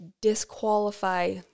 disqualify